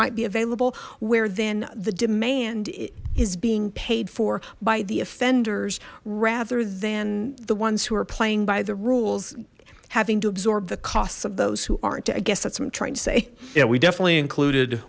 might be available where then the demand is being paid for by the offenders rather than the ones who are playing by the rules having to absorb the costs of those who aren't i guess that's what i'm trying to say yeah we definitely included